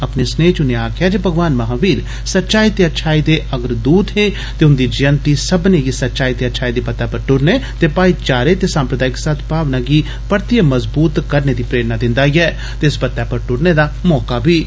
अपने स्नेह च उर्ने आक्खेआ जे भगवान महावीर सच्चाई ते अच्छाई दे अग्रदूत हे ते उन्दी जयंति सब्बने गी सच्चाई ते अच्छाई दी बत्तै पर टुरने ते भाईचारे ते सामुदायिक सदभाव गी परतियै मजबूत करने लेई प्रेरणा दिन्दा ऐ ते इस बत्तै पर टुरने दा मौका बी दिन्दा ऐ